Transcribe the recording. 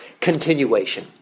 Continuation